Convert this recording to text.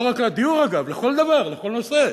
לא רק לדיור, אגב, בכל דבר, בכל נושא,